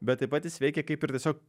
bet taip pat jis veikė kaip ir tiesiog